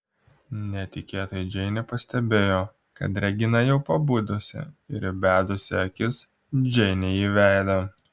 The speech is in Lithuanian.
netikėtai džeinė pastebėjo kad regina jau pabudusi ir įbedusi akis džeinei į veidą